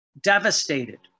devastated